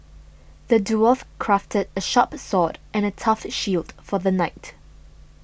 the dwarf crafted a sharp sword and a tough shield for the knight